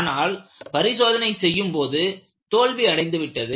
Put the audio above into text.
ஆனால் பரிசோதனை செய்யும் போது தோல்வி அடைந்து விட்டது